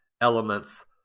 elements